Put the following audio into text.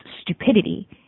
stupidity